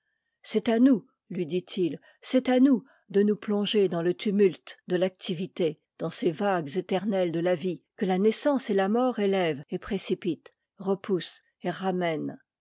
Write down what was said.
c'est à nous lui dit-il c'est à nous de nous plonger dans le tumulte de l'activité dans ces vagues éternelles de la vie que la nais sance et la mort élèvent et précipitent repoussent et ramènent